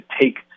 take